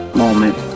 moment